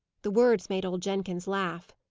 the words made old jenkins laugh.